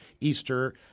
Easter